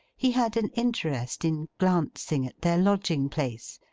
he had an interest in glancing at their lodging-place,